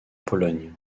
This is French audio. pologne